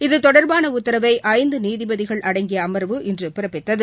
இதுதொடர்பான உத்தரவை ஐந்து நீதிபதிகள் அடங்கிய அமர்வு இன்று பிறப்பித்தது